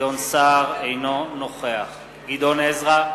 אינו נוכח גדעון עזרא,